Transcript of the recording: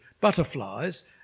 Butterflies